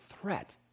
threat